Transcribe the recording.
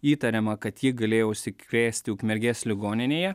įtariama kad ji galėjo užsikrėsti ukmergės ligoninėje